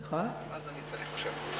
להוריד?